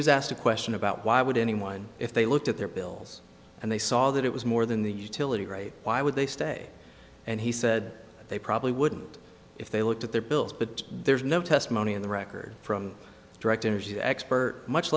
was asked a question about why would anyone if they looked at their bills and they saw that it was more than the utility right why would they stay and he said they probably wouldn't if they looked at their bills but there's no testimony in the record from direct energy expert much